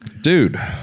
dude